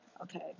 Okay